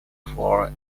for